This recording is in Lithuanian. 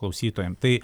klausytojam tai